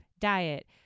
diet